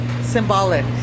symbolic